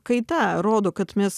kaita rodo kad mes